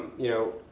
you know,